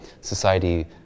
society